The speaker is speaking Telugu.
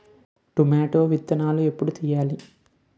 టొమాటో విత్తనాలు ఎప్పుడు వెయ్యాలి?